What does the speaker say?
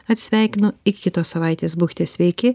atsisveikinu iki kitos savaitės būkite sveiki